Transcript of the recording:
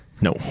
No